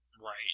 Right